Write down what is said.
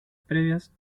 previas